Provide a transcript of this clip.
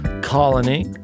Colony